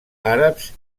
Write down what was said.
àrabs